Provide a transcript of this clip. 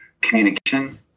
communication